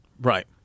Right